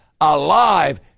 alive